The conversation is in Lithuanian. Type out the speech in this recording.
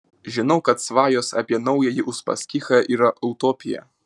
žinau kad svajos apie naująjį uspaskichą yra utopija